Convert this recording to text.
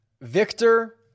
Victor